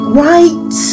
right